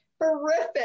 horrific